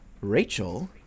rachel